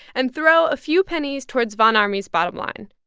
and throw a few pennies towards von ormy's bottom line.